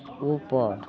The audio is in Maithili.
ऊपर